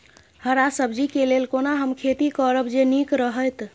हरा सब्जी के लेल कोना हम खेती करब जे नीक रहैत?